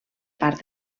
part